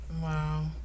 Wow